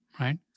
right